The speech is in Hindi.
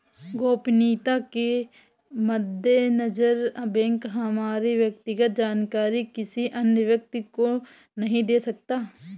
गोपनीयता के मद्देनजर बैंक हमारी व्यक्तिगत जानकारी किसी अन्य व्यक्ति को नहीं दे सकता